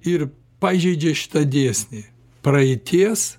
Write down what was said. ir pažeidžia šitą dėsnį praeities